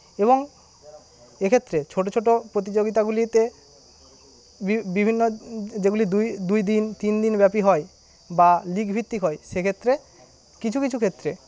এবং এক্ষেত্রে ছোট ছোট প্রতিযোগিতাগুলিতে বিভিন্ন যেগুলি দুই দুই দিন তিন দিন ব্যাপী হয় বা লীগ ভিত্তিক হয় সেক্ষেত্রে কিছু কিছু ক্ষেত্রে